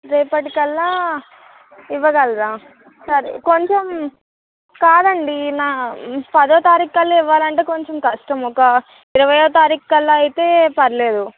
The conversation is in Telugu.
రేపటికల్లా ఇవ్వగలరా సరే కొంచెం కాదండి నా పదో తారీఖు కల్లా ఇవ్వాలంటే కొంచెం కష్టం ఒక ఇరవైయో తారీఖు కల్లా అయితే పర్లేదు